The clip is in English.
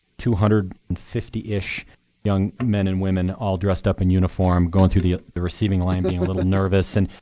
two hundred and fifty ish young men and women all dressed up in uniform going through the the receiving line, being a little and nervous and,